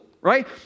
right